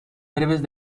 breves